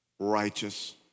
righteous